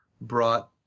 brought